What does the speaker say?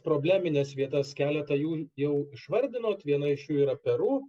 problemines vietas keletą jų jau išvardinot viena iš jų yra peru